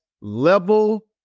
level